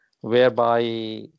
whereby